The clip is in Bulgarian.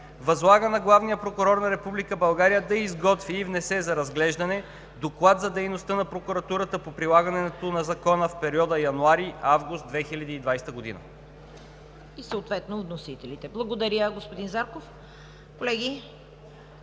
Възлага на главния прокурор на Република България да изготви и внесе за разглеждане Доклад за дейността на прокуратурата по прилагането на закона в периода януари – август 2020 г.“